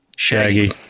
Shaggy